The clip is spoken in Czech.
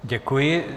Děkuji.